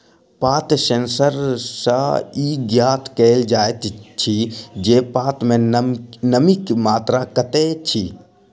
पात सेंसर सॅ ई ज्ञात कयल जाइत अछि जे पात मे नमीक मात्रा कतेक अछि